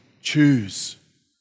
choose